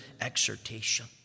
exhortation